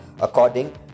according